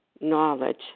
knowledge